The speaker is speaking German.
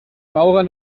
maurer